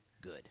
good